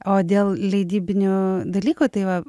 o dėl leidybinių dalykų tai va